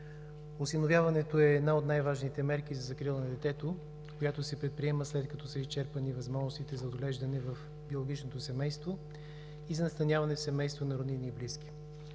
Осиновяването е една от най-важните мерки за закрила на детето, която се предприема след като са изчерпани възможностите за отглеждане в биологичното семейство и за настаняване в семейство на роднини и близки.